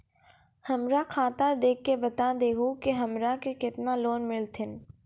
हमरा खाता देख के बता देहु के हमरा के केतना लोन मिलथिन?